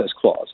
Clause